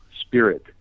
spirit